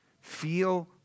feel